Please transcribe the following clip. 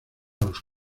los